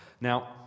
Now